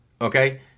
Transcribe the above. Okay